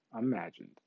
imagined